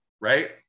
right